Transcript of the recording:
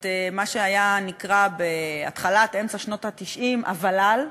את מה שנקרא בתחילת-אמצע שנות ה-90 הוול"ל,